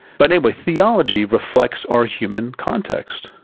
but anyway, theology reflects our human context.